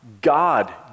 God